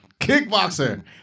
Kickboxer